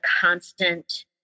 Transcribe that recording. constant